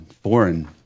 foreign